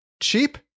Cheap